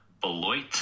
Beloit